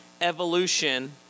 evolution